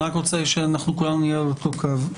אני רק רוצה שכולנו נהיה על אותו קו.